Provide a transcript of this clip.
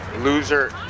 loser